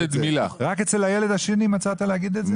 אצל הילד השני מצאת להגיד את זה?